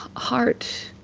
heart